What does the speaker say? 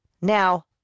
Now